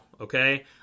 Okay